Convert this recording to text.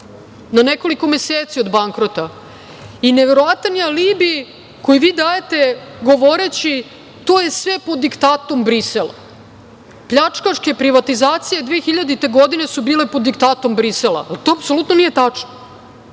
na nekoliko meseci od bankrota, i neverovatan je alibi koji vi dajte govoreći - to je sve po diktatu Brisela. Pljačkaške privatizacije 2000. godine su bile pod diktatom Brisela, to apsolutno nije tačno.